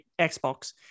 Xbox